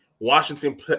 Washington